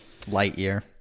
Lightyear